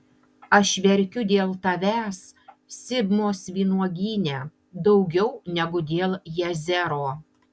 aš verkiu dėl tavęs sibmos vynuogyne daugiau negu dėl jazero